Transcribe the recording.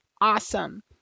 Awesome